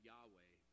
Yahweh